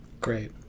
Great